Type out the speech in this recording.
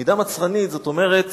מידה מצרנית, זאת אומרת